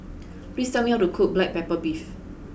please tell me how to cook black pepper beef